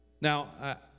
Now